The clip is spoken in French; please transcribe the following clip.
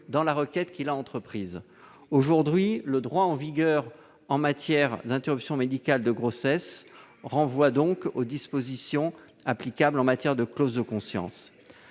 dans la requête qu'il a entreprise. » Aujourd'hui, le droit en vigueur en matière d'interruption médicale de grossesse renvoie donc aux dispositions applicables en matière de clause de conscience.